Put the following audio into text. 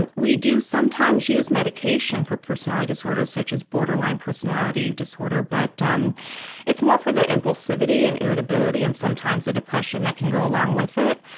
and we do sometimes use medication for personality disorders such as borderline personality disorder, but um it's more for the impulsivity and irritability and sometimes the depression that can go along with it.